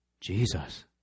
Jesus